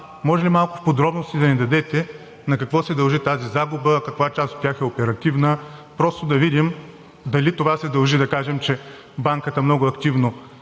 Може ли малко в подробности да ни дадете на какво се дължи тази загуба? Каква част от тях е оперативна? Просто да видим дали това се дължи, да кажем, че банката много активно би